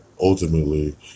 ultimately